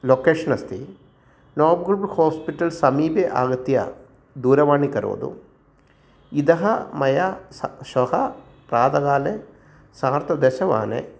location अस्ति Noble hospital समीपे आगत्य दूरवाणीं करोतु इतः मया स श्वः प्रातःकाले सार्धदशवादने